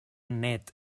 net